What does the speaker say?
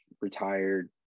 retired